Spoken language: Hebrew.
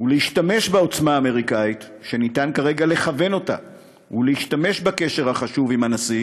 ולהשתמש בעוצמה האמריקנית שניתן כרגע לכוון ולהשתמש בקשר החשוב עם הנשיא